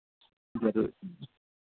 ज़रूर